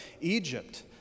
Egypt